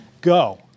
Go